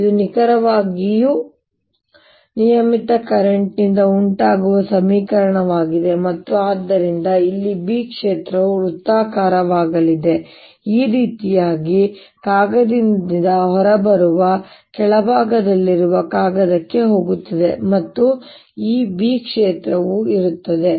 ಇದು ನಿಖರವಾಗಿ ನಿಯಮಿತ ಕರೆಂಟ್ನಿಂದ ಉಂಟಾಗುವ ಸಮೀಕರಣವಾಗಿದೆ ಮತ್ತು ಆದ್ದರಿಂದ ಇಲ್ಲಿ B ಕ್ಷೇತ್ರವು ವೃತ್ತಾಕಾರವಾಗಿರಲಿದೆ ಈ ರೀತಿಯಾಗಿ ಕಾಗದದಿಂದ ಹೊರಬರುವ ಕೆಳಭಾಗದಲ್ಲಿರುವ ಕಾಗದಕ್ಕೆ ಹೋಗುತ್ತದೆ ಮತ್ತು ಈ B ಕ್ಷೇತ್ರವು ಇರುತ್ತದೆ